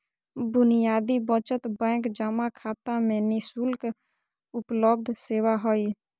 बुनियादी बचत बैंक जमा खाता में नि शुल्क उपलब्ध सेवा हइ